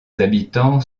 habitants